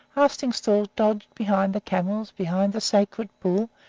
arstingstall dodged behind the camels, behind the sacred bull,